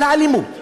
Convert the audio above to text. על האלימות,